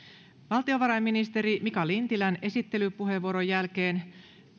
valtiovarainministeri mika lintilän esittelypuheenvuoron jälkeen